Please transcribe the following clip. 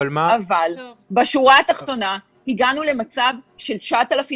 אבל בשורה התחתונה הגענו למצב של 9,000